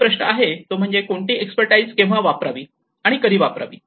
मुख्य प्रश्न आहे तो म्हणजे कोणती एक्सपेर्टीसि केव्हा वापरावे आणि कधी वापरावे